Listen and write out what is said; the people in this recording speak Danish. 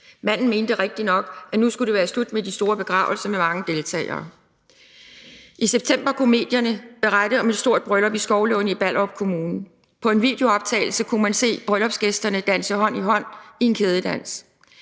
Manden mente rigtigt nok, at nu skulle det være slut med de store begravelser med mange deltagere. I september kunne medierne berette om et stort bryllup i Skovlunde i Ballerup Kommune. På en videooptagelse kunne man se bryllupsgæsterne danse hånd i hånd i kædedans.